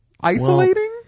Isolating